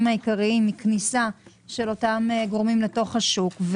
העיקריים לכניסה של אותם גורמים לתוך השוק.